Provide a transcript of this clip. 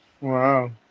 Wow